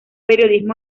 periodismo